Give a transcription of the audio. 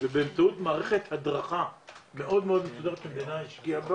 ובאמצעות מערכת הדרכה מאוד מסודרת שהמדינה השקיעה בה,